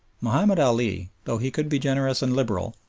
mahomed ali, though he could be generous and liberal,